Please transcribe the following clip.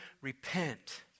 repent